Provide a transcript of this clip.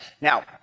Now